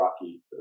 rocky